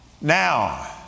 Now